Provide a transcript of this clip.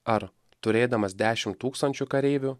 ar turėdamas dešimt tūkstančių kareivių